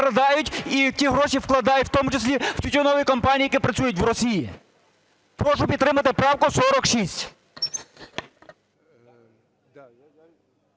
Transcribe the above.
і ті гроші вкладають, в тому числі, в тютюнові компанії, які працюють в Росії. Прошу підтримати правку 46.